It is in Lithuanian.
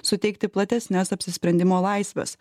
suteikti platesnes apsisprendimo laisves